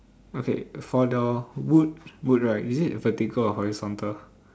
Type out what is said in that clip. okay for the wood wood right is it vertical or horizontal